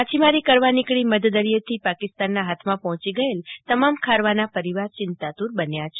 માછીમારી કરવા નીકળી મધદરિચે થી પાકિસ્તાન ના હાથ માં પહોચી ગયેલા તમામ ખારવા ના પરિવાર ચિંતાતુર બન્યા છે